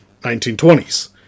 1920s